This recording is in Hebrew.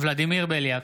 ולדימיר בליאק,